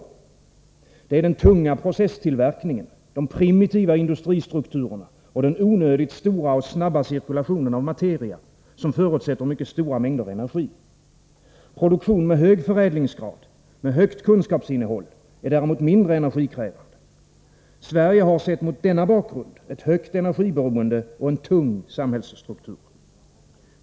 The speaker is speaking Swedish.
Det är den tunga processtillverkningen, de primitiva industristrukturerna och den onödigt stora och snabba cirkulationen av materia som förutsätter mycket stora mängder energi. Produktion med hög förädlingsgrad och högt kunskapsinnehåll är däremot mindre energikrävande. Sverige har, sett mot denna bakgrund, ett högt energiberoende och en tung samhällsstruktur.